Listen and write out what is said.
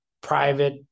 private